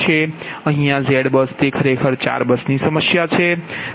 અહીયા ZBUS તે ખરેખર 4 બસની સમસ્યા છે